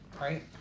Right